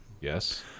Yes